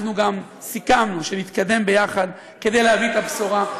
אנחנו גם סיכמנו שנתקדם יחד כדי להביא את הבשורה.